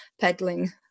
peddling